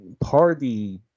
party